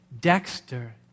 Dexter